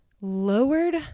lowered